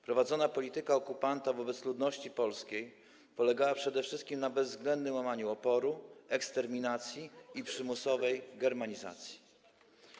Prowadzona przez okupanta polityka wobec ludności polskiej polegała przede wszystkim na bezwzględnym łamaniu oporu, eksterminacji i przymusowej germanizacji.